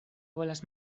volas